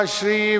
Shri